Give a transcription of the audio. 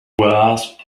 grasp